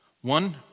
One